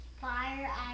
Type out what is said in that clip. Fire